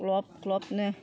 ग्ल'ब ग्ल'बनो